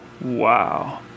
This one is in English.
Wow